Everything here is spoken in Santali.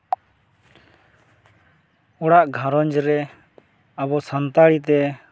ᱚᱲᱟᱜ ᱜᱷᱟᱸᱨᱚᱡᱽ ᱨᱮ ᱟᱵᱚ ᱥᱟᱱᱛᱟᱲᱤᱛᱮ